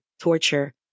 torture